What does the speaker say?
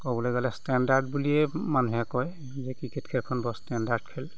ক'বলৈ গ'লে ষ্টেণ্ডাৰ্ড বুলিয়ে মানুহে কয় যে ক্ৰিকেট খেলখন বৰ ষ্টেণ্ডাৰ্ড খেল